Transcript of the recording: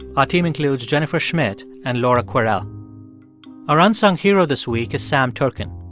our team includes jennifer schmidt and laura kwerel our unsung hero this week is sam turken.